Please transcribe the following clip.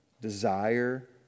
desire